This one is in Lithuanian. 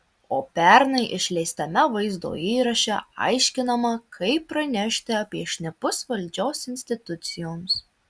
o pernai išleistame vaizdo įraše aiškinama kaip pranešti apie šnipus valdžios institucijoms